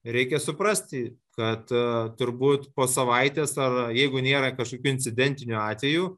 reikia suprasti kad turbūt po savaitės a a jeigu nėra kažkiek incidentinių atvejų